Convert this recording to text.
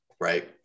right